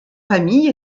famille